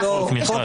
יש חוק, מיכל.